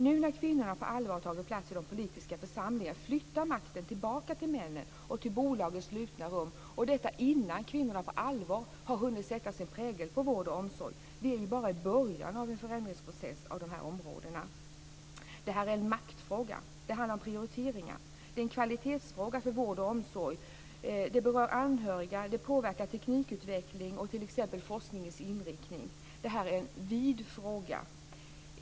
Nu när kvinnorna på allvar har tagit plats i de politiska församlingarna flyttar makten tillbaka till männen och till bolagens slutna rum, och detta innan kvinnorna på allvar har hunnit sätta sin prägel på vård och omsorg. Vi är ju bara i början av en förändringsprocess av dessa områden. Detta är en maktfråga. Den handlar om prioriteringar. Det är en kvalitetsfråga för vård och omsorg. Den berör anhöriga, den påverkar teknikutveckling och t.ex. forskningens inriktning. Detta är en vid fråga.